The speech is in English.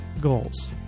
goals